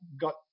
got